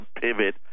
pivot